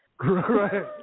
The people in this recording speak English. Right